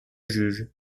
juge